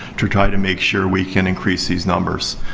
to try to make sure we can increase these numbers.